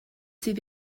sydd